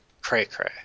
cray-cray